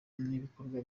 n’ibikorwa